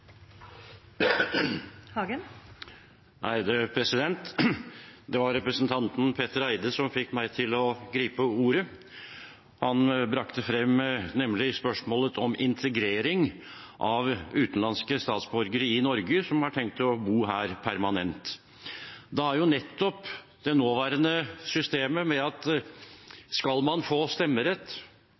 Det var representanten Petter Eide som fikk meg til å gripe ordet. Han brakte nemlig frem spørsmålet om integrering av utenlandske statsborgere i Norge som har tenkt å bo her permanent. Det nåværende systemet er nettopp slik at skal man få stemmerett,